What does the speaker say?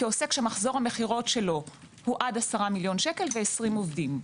כעוסק שמחזור המכירות שלו הוא עד 10 מיליון שקל ו-20 עובדים.